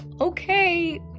Okay